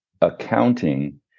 accounting